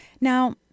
Now